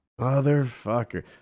motherfucker